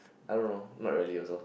I don't know not really also